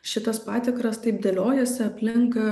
šitas patikras taip dėliojasi aplink